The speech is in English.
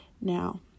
Now